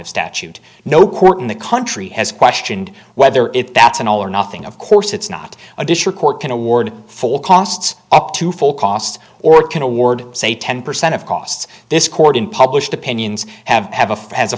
of statute no court in the country has questioned whether if that's an all or nothing of course it's not a district court can award full costs up to full cost or it can award say ten percent of costs this court in published opinions have have a